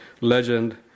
legend